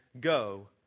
go